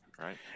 Right